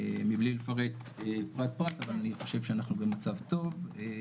מבלי לפרט פרט-פרט, אבל אני חושב שאנחנו במצב טוב.